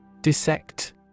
Dissect